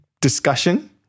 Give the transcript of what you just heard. discussion